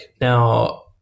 Now